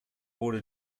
wurde